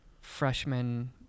freshman